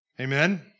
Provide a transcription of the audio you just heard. Amen